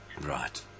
right